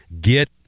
get